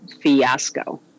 fiasco